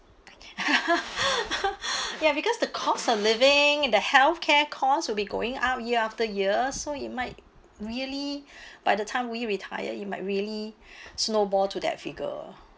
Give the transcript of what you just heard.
ya because the cost of living in the health care costs will be going up year after years so it might really by the time we retired it might really snowball to that figure